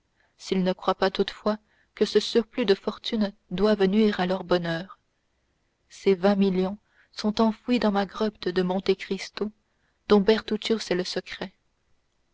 s'il ne croit pas toutefois que ce surplus de fortune doive nuire à leur bonheur ces vingt millions sont enfouis dans ma grotte de monte cristo dont bertuccio sait le secret